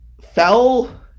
fell